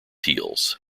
heels